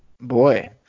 Boy